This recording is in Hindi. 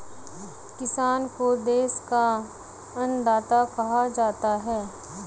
किसान को देश का अन्नदाता कहा जाता है